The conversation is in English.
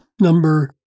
number